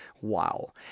wow